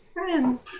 Friends